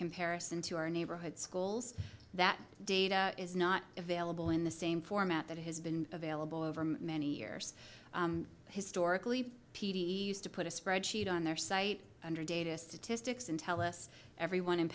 comparison to our neighborhood schools that data is not available in the same format that has been available over many years historically used to put a spreadsheet on their site under data statistics and tell us every one in